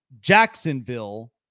Jacksonville